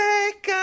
Take